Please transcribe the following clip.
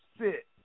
sit